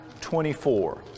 24